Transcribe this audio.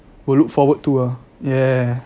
will look forward to ah ya